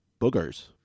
boogers